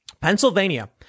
Pennsylvania